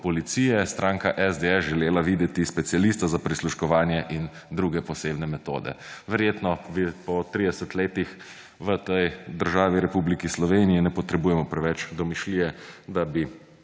Policije stranka SDS želela videti specialista za prisluškovanje in druge posebne metode?! Verjetno po 30 letih v tej državi Republiki Sloveniji ne potrebujemo preveč domišljije, da bi